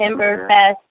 Timberfest